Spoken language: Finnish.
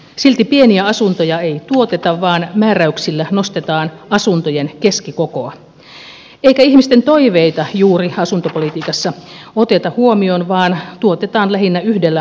silti pieniä asuntoja ei tuoteta vaan määräyksillä nostetaan asuntojen keskikokoa eikä ihmisten toiveita juuri asuntopolitiikassa oteta huomioon vaan tuotetaan lähinnä yhdellä mallilla